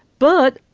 but,